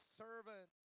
servant